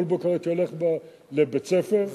כל בוקר הייתי הולך לבית-הספר על פני הבית,